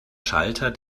schalter